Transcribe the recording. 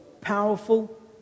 powerful